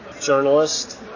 journalist